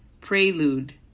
Prelude